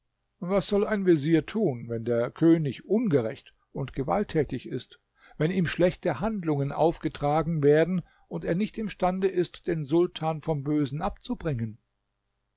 was soll ein vezier tun wenn der könig ungerecht und gewalttätig ist wenn ihm schlechte handlungen aufgetragen werden und er nicht imstande ist den sultan vom bösen abzubringen